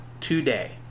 today